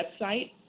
website